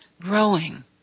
growing